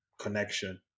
connection